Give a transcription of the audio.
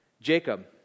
Jacob